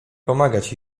pomagać